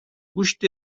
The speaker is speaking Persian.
گوشت